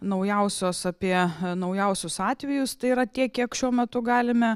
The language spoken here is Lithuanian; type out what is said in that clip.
naujausios apie naujausius atvejus tai yra tiek kiek šiuo metu galime